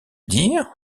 dire